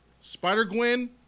Spider-Gwen